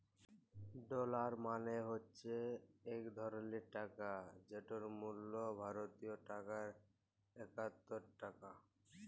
dollar মালে হছে ইক ধরলের টাকা যেটর মূল্য ভারতীয় টাকায় একাত্তর টাকা